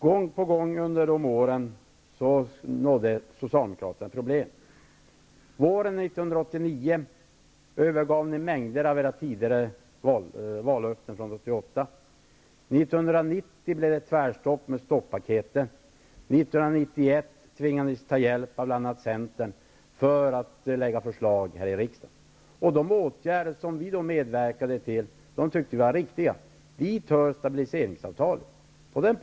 Gång på gång under de åren fick ni socialdemokrater problem. Våren 1989 övergav ni mängder av era vallöften från 1988. 1990 blev det tvärt slut med stoppaketen. 1991 tvingades ni ta hjälp av bl.a. Centern för att lägga fram förslag här i riksdagen. De åtgärder som vi då medverkade till tyckte vi var riktiga. Dit hör stabiliseringsavtalet.